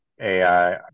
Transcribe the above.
AI